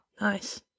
Nice